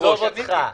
עזוב אותך.